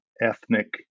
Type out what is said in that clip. ethnic